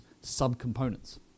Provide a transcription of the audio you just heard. sub-components